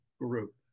group